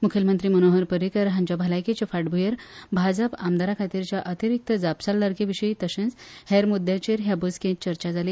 मुखेलमंत्री मनोहर पर्रीकार हांचे भलायकेचे फाटभ्रंयेर भाजपा आमदारां खातीरच्या अतिरिक्त जापसालदारके विशीं तशेंच हेर मूद्यांचेर हे बसकेंत चर्चा जाली